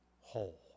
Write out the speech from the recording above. whole